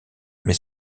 mais